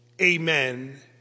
amen